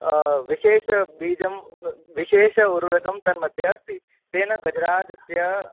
विशेषबीजं विशेष उर्वरकम् तन्मध्ये अस्ति तेन गजराजस्य